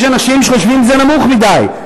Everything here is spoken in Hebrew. יש אנשים שחושבים שזה נמוך מדי.